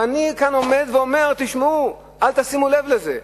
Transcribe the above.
ואני כאן עומד ואומר, אל תשימו לב לזה.